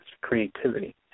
creativity